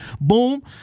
boom